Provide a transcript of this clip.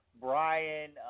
Brian